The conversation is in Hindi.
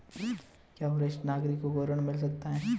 क्या वरिष्ठ नागरिकों को ऋण मिल सकता है?